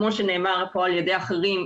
כמו שנאמר כאן על ידי אחרים,